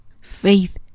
Faith